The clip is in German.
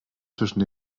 zwischen